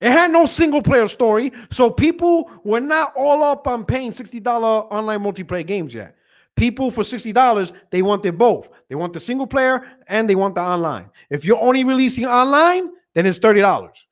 it had no single-player story so people were not all up on paying sixty dollars online multiplayer games yet people for sixty dollars. they want them both they want the single-player and they want the online if you're only releasing online then it's thirty dollars